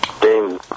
Game